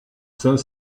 saint